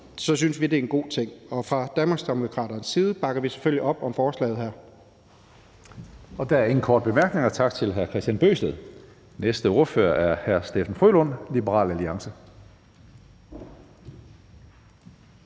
synes vi det er en god ting. Fra Danmarksdemokraternes side bakker vi selvfølgelig op om forslaget her. Kl. 14:35 Tredje næstformand (Karsten Hønge): Der er ingen korte bemærkninger. Tak til hr. Kristian Bøgsted. Næste ordfører er hr. Steffen W. Frølund, Liberal Alliance.